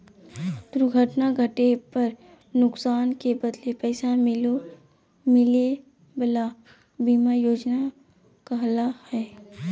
दुर्घटना घटे पर नुकसान के बदले पैसा मिले वला बीमा योजना कहला हइ